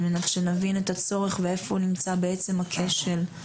על מנת שנבין את הצורך ואיפה נמצא בעצם הכשל,